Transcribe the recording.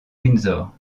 windsor